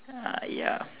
uh ya